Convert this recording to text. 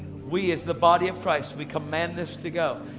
we, as the body of christ, we command this to go,